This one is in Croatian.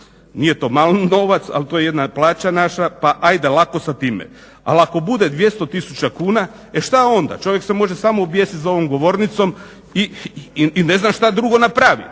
nije to mali novac, ali to je jedna plaća naša, pa ajde lako sa time. Ali ako bude 200 tisuća kuna šta onda, čovjek se može samo objesit za ovom govornicom i ne znam šta drugo napravit.